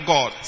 God